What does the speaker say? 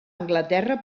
anglaterra